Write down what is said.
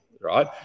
right